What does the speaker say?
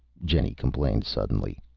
jenny complained, suddenly.